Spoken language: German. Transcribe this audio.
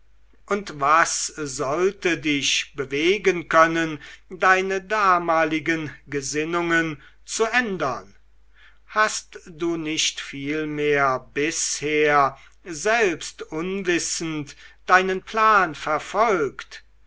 und was sollte dich bewegen können deine damaligen gesinnungen zu ändern hast du nicht vielmehr bisher selbst unwissend deinen plan verfolgt